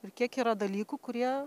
ir kiek yra dalykų kurie